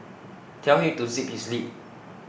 tell him to zip his lip